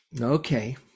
okay